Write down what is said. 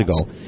ago